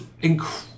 incredible